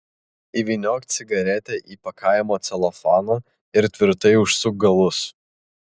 įvyniok cigaretę į pakavimo celofaną ir tvirtai užsuk galus